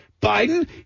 Biden